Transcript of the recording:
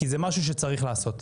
כי זה משהו שצריך לעשות.